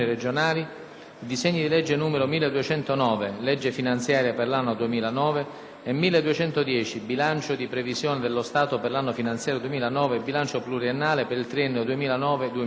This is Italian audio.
disegni di legge nn. 1209 (Legge finanziaria per l'anno 2009) e 1210 (Bilancio di previsione dello Stato per l'anno finanziario 2009 e bilancio pluriennale per il triennio 2009-2011).